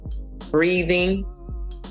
breathing